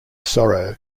sorrow